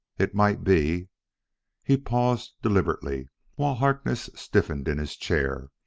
it might be he paused deliberately while harkness stiffened in his chair.